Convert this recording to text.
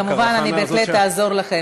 כמובן, אני בהחלט אעזור לך.